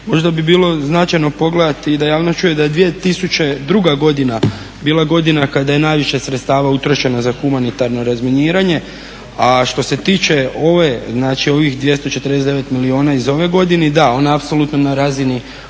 možda bi bilo značajno pogledati i da javnost čuje da je 2002. godina bila godina kada je najviše sredstava utrošeno za humanitarno razminiranje. A što se tiče ove, znači ovih 249 milijuna iz ove godine, da ona je apsolutno na razini